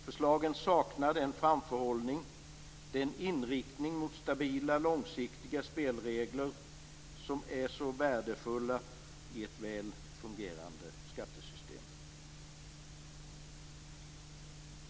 Förslagen saknar framförhållning och inriktning mot stabila långsiktiga spelregler, som är så värdefulla i ett väl fungerande skattesystem.